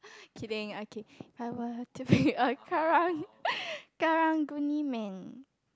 kidding okay I want to be a karang karang-guni man